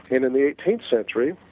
in in the eighteenth century,